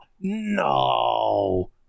No